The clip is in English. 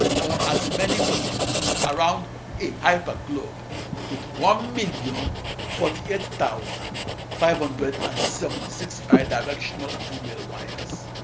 or as many computers, around a hyper-globe with one million forty eight thousand five hundred and seventy six bi-directional email wires.